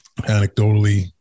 anecdotally